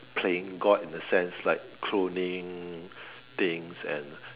playing god in the sense like cloning things and